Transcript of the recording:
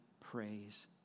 praise